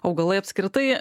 augalai apskritai